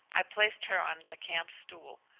i placed her on the camp-stool.